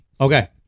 okay